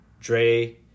Dre